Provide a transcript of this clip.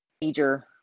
major